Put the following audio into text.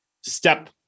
step